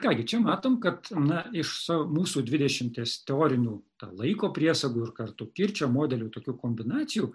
ką gi čia matom kad na iš sa mūsų dvidešimties teorinių ta laiko priesagų ir kartu kirčio modelių tokių kombinacijų